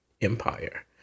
Empire